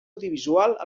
audiovisual